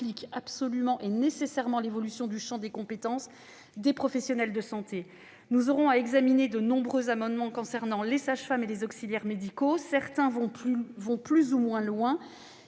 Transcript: impliquent absolument et nécessairement l'évolution du champ des compétences des professionnels de santé. Nous aurons à examiner de nombreux amendements relatifs aux sages-femmes et aux auxiliaires médicaux. Certaines propositions vont